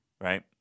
right